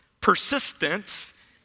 Persistence